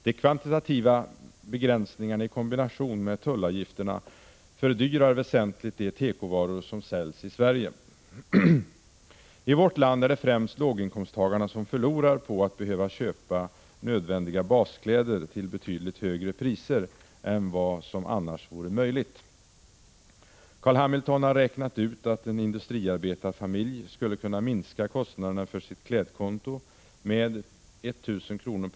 De kvantitativa begränsningarna i kombination med tullavgifterna fördyrar väsentligt de tekovaror som säljs i Sverige. I vårt land är det främst låginkomsttagarna som förlorar på att behöva köpa nödvändiga baskläder till betydligt högre priser än vad som annars vore möjligt. Carl Hamilton har räknat ut att en industriarbetarfamilj skulle kunna minska kostnaderna för sitt klädkonto med 1 000 kr.